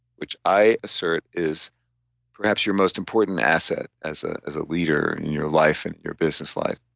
which i assert is perhaps your most important asset as ah as a leader in your life and in your business life.